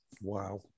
Wow